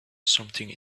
something